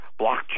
blockchain